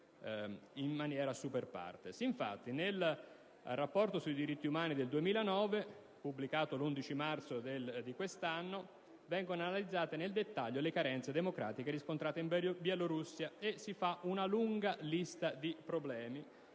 in maniera *super partes*). Nel rapporto sui diritti umani del 2009, pubblicato l'11 marzo di quest'anno, vengono analizzate nel dettaglio le carenze democratiche riscontrate in Bielorussia e si riporta una lunga lista di problemi,